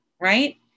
right